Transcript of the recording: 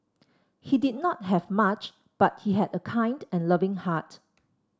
he did not have much but he had a kind and loving heart